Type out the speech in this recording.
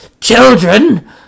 Children